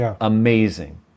amazing